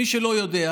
למי שלא יודע,